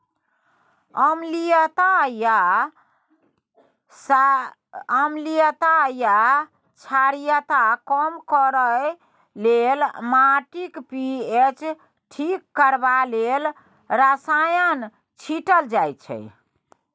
अम्लीयता या क्षारीयता कम करय लेल, माटिक पी.एच ठीक करबा लेल रसायन छीटल जाइ छै